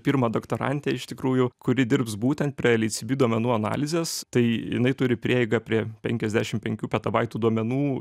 pirmą doktorantę iš tikrųjų kuri dirbs būtent prie lhcb duomenų analizės tai jinai turi prieigą prie penkiasdešim penkių petabaitų duomenų